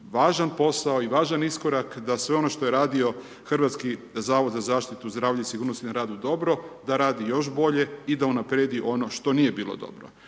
važan posao i važan iskorak da sve ono što je radio Hrvatski zavod za zaštitu zdravlja i sigurnosti na radu dobro, da radi još bolje i na unaprijedi što nije bilo dobro.